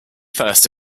first